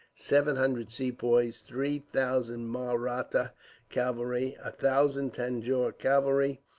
seven hundred sepoys, three thousand mahratta cavalry, a thousand tanjore cavalry,